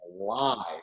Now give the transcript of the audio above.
alive